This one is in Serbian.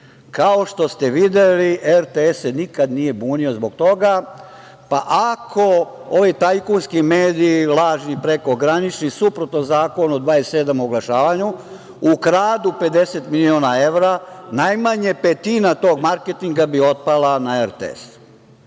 Kao što ste videli, RTS se nikada nije bunio zbog toga, pa ako ovaj tajkunski mediji, lažni, prekogranični, suprotno Zakonu, 27, o oglašavanju, ukradu 50 miliona evra, najmanje petina tog marketinga bi otpala na RTS.Broj